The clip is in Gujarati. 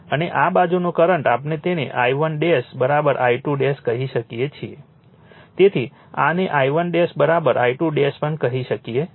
અને આ બાજુનો કરંટ આપણે તેને I1 I2 કહી શકીએ છીએ તેથી આને I1 I2 પણ કહી શકીએ છીએ